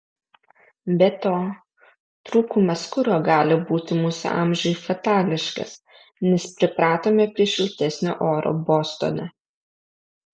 be to trūkumas kuro gali būti mūsų amžiui fatališkas nes pripratome prie šiltesnio oro bostone